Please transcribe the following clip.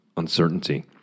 uncertainty